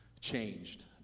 changed